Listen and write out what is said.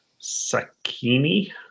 Sakini